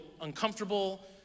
uncomfortable